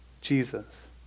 Jesus